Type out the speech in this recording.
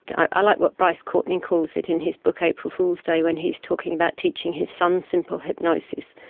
i like what bryce courtenay calls it in his book april fool's day when he's talking about teaching his son simple hypnosis,